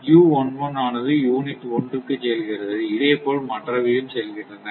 u11 ஆனது unit ஒன்றுக்கு செல்கிறது இதே போல மற்றவையும் செல்கின்றன